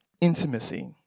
intimacy